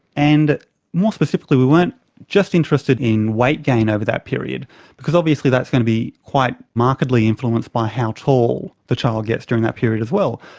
and more specifically we weren't just interested in weight gain over that period because obviously that's going to be quite markedly influenced by how tall the child gets during that period as well.